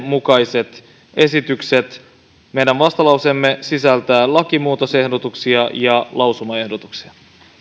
mukaiset esitykset meidän vastalauseemme sisältää lakimuutosehdotuksia ja lausumaehdotuksia